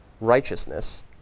righteousness